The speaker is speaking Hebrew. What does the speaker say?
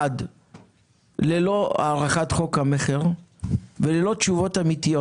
1. ללא הארכת חוק המכר וללא תשובות אמיתיות